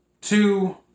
Two